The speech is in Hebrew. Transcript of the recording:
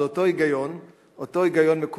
זה אותו היגיון מכומת.